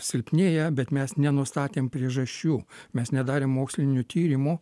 silpnėja bet mes nenustatėm priežasčių mes nedarėm mokslinių tyrimų